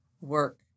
work